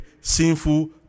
sinful